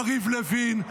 יריב לוין,